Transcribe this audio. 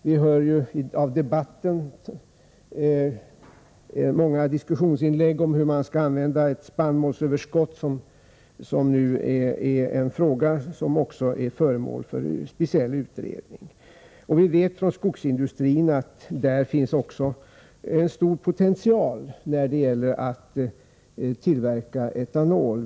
Vi hör ju många diskussionsinlägg om hur man skall använda ett spannmålsöverskott — en fråga som är föremål för speciell utredning. Vi vet från skogsindustrin att det finns en stor potential när det gäller att tillverka etanol.